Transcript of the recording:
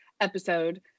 episode